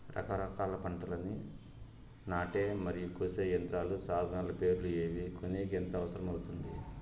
రకరకాల పంటలని నాటే మరియు కోసే యంత్రాలు, సాధనాలు పేర్లు ఏమి, కొనేకి ఎంత అవసరం అవుతుంది?